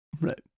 Right